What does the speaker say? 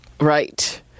Right